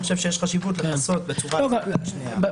אני חושב שיש חשיבות לכסות בצורה -- בסוף,